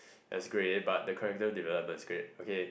as great but the character development is great okay